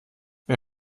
wer